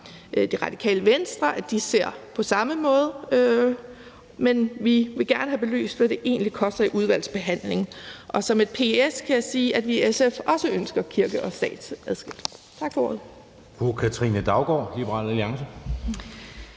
Det Radikale Venstre, at de ser det på samme måde, men vi vil gerne have belyst, hvad det egentlig koster, i udvalgsbehandlingen. Som et ps kan jeg sige, at vi i SF også ønsker kirke og stat adskilt. Tak for ordet.